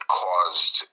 caused